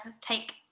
take